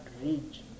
reach